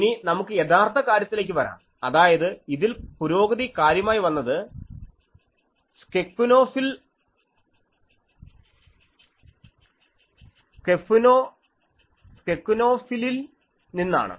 ഇനി നമുക്ക് യഥാർത്ഥ കാര്യത്തിലേക്ക് വരാം അതായത് ഇതിൽ പുരോഗതി കാര്യമായി വന്നത് സ്കെക്കുനോഫിലിൽ നിന്നാണ്